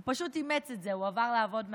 והוא פשוט אימץ את זה, הוא עבר לעבוד מהבית.